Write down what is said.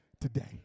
today